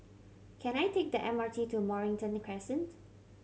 can I take the M R T to Mornington Crescent